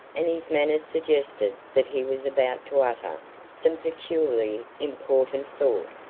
and his manner suggested that he was about to utter some peculiarly important thought.